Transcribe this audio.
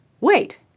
Wait